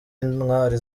intwari